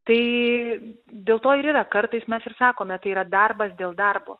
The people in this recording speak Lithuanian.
tai dėl to ir yra kartais mes ir sakome tai yra darbas dėl darbo